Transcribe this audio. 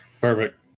Perfect